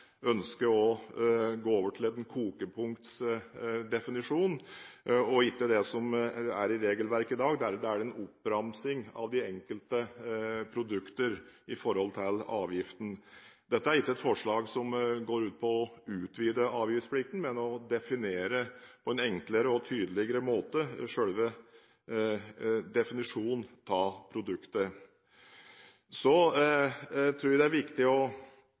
i regelverket i dag, der det er en oppramsing av de enkelte produkter som er avgiftspliktige. Dette er ikke et forslag som går ut på å utvide avgiftsplikten, men å definere på en enklere og tydeligere måte selve definisjonen av produktet. Så tror jeg det er viktig å